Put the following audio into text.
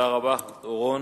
תודה רבה לחבר הכנסת אורון.